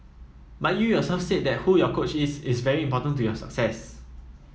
but you yourself said that who your coach is is very important to your success